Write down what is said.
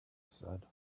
said